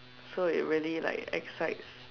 so it really like excites